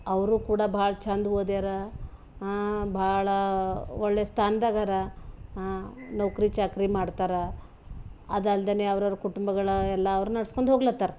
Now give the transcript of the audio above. ಅವರು ಕೂಡ ಭಾಳ್ ಛಂದ ಓದ್ಯಾರ ಭಾಳಾ ಒಳ್ಳೆ ಸ್ಥಾನ್ದಾಗ ಅರಾ ನೌಕರಿ ಚಾಕರಿ ಮಾಡ್ತಾರಾ ಅದು ಅಲ್ದೆ ಅವ್ರವ್ರ ಕುಟುಂಬಗಳ ಎಲ್ಲ ಅವ್ರು ನಡೆಸ್ಕೊಂಡ್ ಹೋಗ್ಲತ್ತರ